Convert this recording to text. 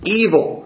evil